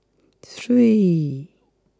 three